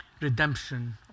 redemption